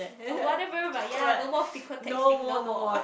oh whatever but ya no more frequent texting no more